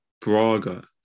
Braga